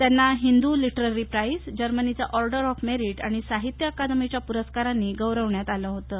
त्यांना हिंदू लि ि िरी प्राइज जर्मनीचा ऑर्डर ऑफ मेरि आणि साहित्य अकादमीच्या पुरस्कारांनी गौरविण्यात आलं होतं